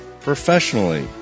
professionally